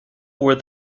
where